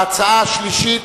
ההצעה השלישית,